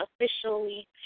officially